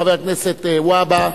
חבר הכנסת והבה,